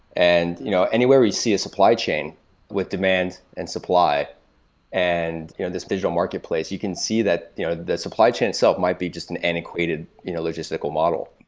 and you know anywhere we see a supply chain with demand and supply and you know this digital marketplace, you can see that the ah the supply chain itself might be just an antiquated you know logistical model.